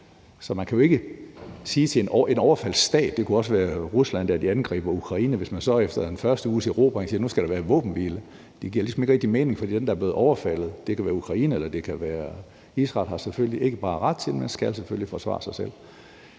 Så man kan jo ikke sige det til en overfaldsstat. Det kunne også være Rusland, da de angreb Ukraine. Hvis man så efter den første uges erobring siger, at nu skal der være våbenhvile, så giver det ligesom ikke rigtig mening, for dem, der er blevet overfaldet – det kan være Ukraine, eller det kan være Israel – har selvfølgelig ikke bare ret til det, men skal selvfølgelig forsvare sig selv.